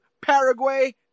Paraguay